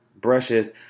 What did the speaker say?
brushes